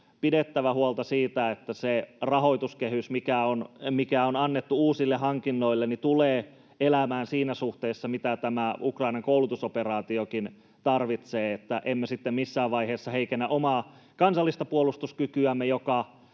pidettävä huolta siitä, että se rahoituskehys, mikä on annettu uusille hankinnoille, tulee elämään siinä suhteessa, mitä tämä Ukrainan koulutusoperaatiokin tarvitsee, että emme sitten missään vaiheessa heikennä omaa kansallista puolustuskykyämme,